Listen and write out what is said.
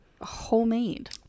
Homemade